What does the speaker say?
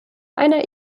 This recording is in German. einer